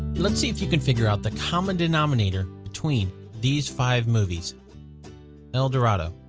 let's see if you can figure out the common denominator between these five movies el dorado.